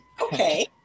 okay